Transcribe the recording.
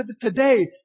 today